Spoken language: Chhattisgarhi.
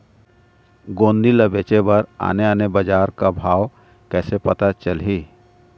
गोंदली ला बेचे बर आने आने बजार का भाव कइसे पता चलही?